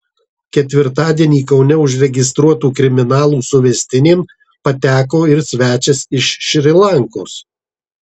ketvirtadienį kaune užregistruotų kriminalų suvestinėn pateko ir svečias iš šri lankos